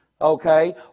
Okay